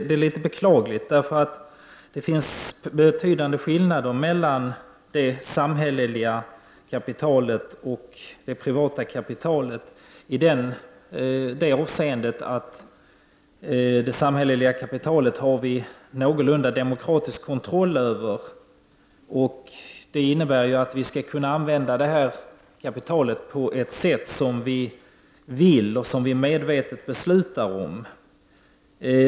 Det finns betydande skillnader mellan det samhälleliga kapitalet och det privata kapitalet i det avseendet att vi har en någorlunda demokratisk kontroll över det samhälleliga kapitalet. Det innebär att vi kan använda kapitalet på ett sätt som vi vill och som vi medvetet beslutar om.